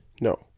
No